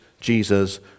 Jesus